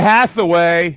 Hathaway